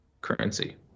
currency